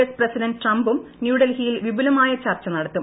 S president ട്രംപും ന്യൂഡൽഹിയിൽ വിപുലമായ ചർച്ച നടത്തും